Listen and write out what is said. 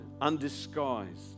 undisguised